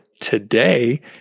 today